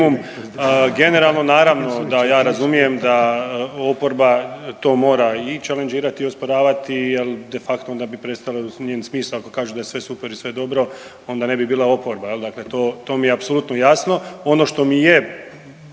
Generalno, naravno da ja razumijem da oporba to mora i .../nerazumljivo/... i osporavati jer de facto, onda bi prestalo njen smisao ako kaže da je sve super i sve dobro, onda ne bi bila oporba, dakle to, to mi je apsolutno jasno. Ono što mi je